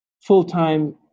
full-time